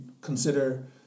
consider